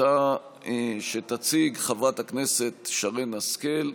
הצעה שתציג חברת הכנסת שרן השכל.